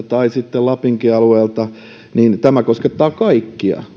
tai sitten lapinkin alueelta tulevista huippunimistä niin tämä koskettaa kaikkia